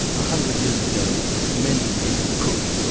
a hundred years ago, many people could.